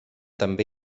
també